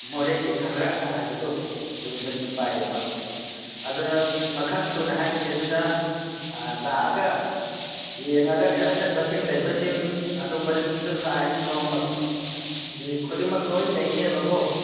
ꯃꯣꯔꯦꯒꯤ ꯈꯪꯒ꯭ꯔꯥꯀꯥ ꯍꯥꯏꯕꯗꯣ ꯑꯗꯨꯒꯨꯝꯕꯁꯨ ꯄꯥꯏꯌꯦꯕ ꯑꯗꯨꯅ ꯃꯈꯜ ꯁꯨꯅ ꯍꯥꯏꯔꯤꯁꯤꯅꯤ ꯑꯗꯨꯅ ꯂꯥꯛꯑꯒ ꯌꯦꯡꯉꯒꯗꯤ ꯑꯆꯟꯕꯁꯤꯡ ꯂꯩꯕꯁꯤꯡ ꯑꯗꯨꯒꯨꯝꯕꯒꯤꯁꯨ ꯁꯥꯏꯖ ꯅꯨꯡ ꯈꯨꯗꯤꯡꯃꯛ ꯂꯣꯏ ꯂꯩꯅꯦꯕꯀꯣ